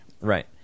Right